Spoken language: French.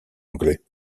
anglais